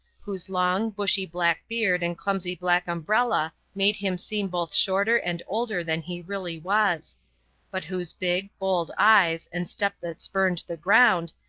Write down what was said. whose long, bushy black beard and clumsy black umbrella made him seem both shorter and older than he really was but whose big, bold eyes, and step that spurned the ground,